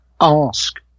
ask